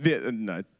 No